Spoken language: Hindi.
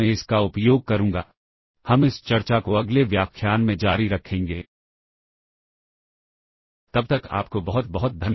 इस प्रकार हमें कुछ और पॉप के साथ सब रूटीन को लिखते समय खास ख्याल रखना होगा